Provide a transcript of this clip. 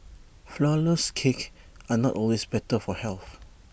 Flourless Cakes are not always better for health